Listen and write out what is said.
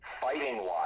fighting-wise